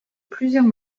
plusieurs